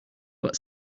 but